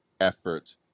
effort